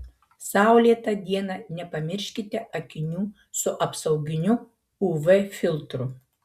saulėtą dieną nepamirškite akinių su apsauginiu uv filtru